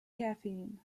caffeine